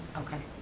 okay.